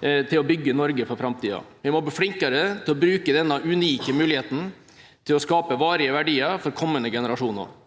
til å bygge Norge for framtiden. Vi må bli flinkere til å bruke denne unike muligheten til å skape varige verdier for kommende generasjoner